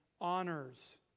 honors